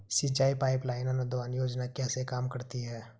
सिंचाई pipeline अनुदान योजना कैसे काम करती है?